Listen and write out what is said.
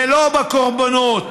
ולא בקורבנות.